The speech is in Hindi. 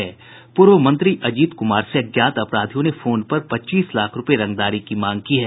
पूर्व मंत्री अजीत कुमार से अज्ञात अपराधियों ने फोन पर पच्चीस लाख रूपये रंगदारी की मांग की है